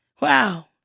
Wow